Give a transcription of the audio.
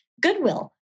Goodwill